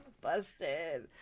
Busted